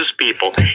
people